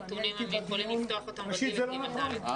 אני הייתי בדיון וזה לא נכון.